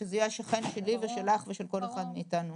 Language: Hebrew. זה יהיה השכן שלי, שלך ושל כל אחד מאיתנו.